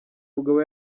mugabo